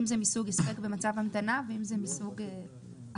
אם זה מסוג הספק במצב המתנה ואם זה מסוג אחר.